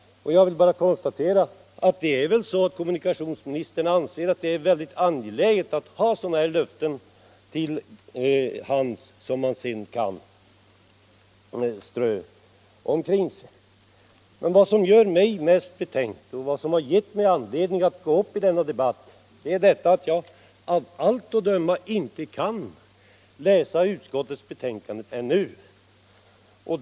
Jag konstaterar bara att kommunikationsministern väl anser att det är angeläget att ha sådana här löften till hands att sedan strö omkring sig. Men vad som gör mig mest betänksam och det som gett mig anledning att gå upp i denna debatt är att jag av allt att döma ännu inte kan läsa utskottets betänkande.